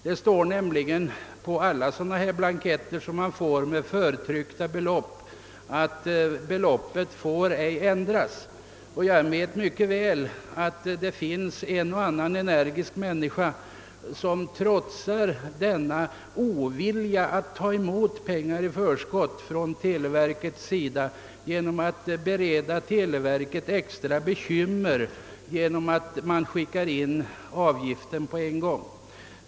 Det står nämligen på alla blanketter med förtryckta belopp att detta ej får ändras. Jag vet dock mycket väl att en och annan energisk människa trotsar denna televerkets ovilja att ta emot pengar i förskott och bereder det extra bekymmer genom att skicka in hela årsavgiften vid ett tillfälle.